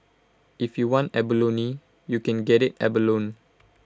if you want ab lonely you can get abalone